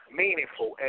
meaningful